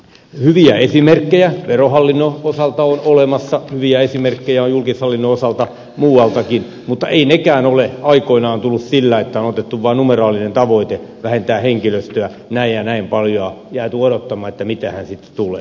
hyviä esimerkkejä verohallinnon osalta on olemassa hyviä esimerkkejä on julkishallinnon osalta muualtakin mutta eivät nekään ole aikoinaan tulleet sillä että on otettu vaan numeraalinen tavoite vähentää henkilöstöä näin ja näin paljon jääty odottamaan että mitähän siitä tulee